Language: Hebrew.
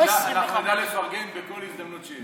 לא 25. אנחנו נדע לפרגן בכל הזדמנות שיש.